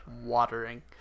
watering